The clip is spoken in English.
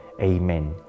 Amen